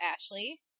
Ashley